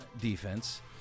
defense